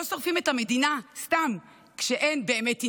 לא שורפים את המדינה סתם כשאין באמת עניין.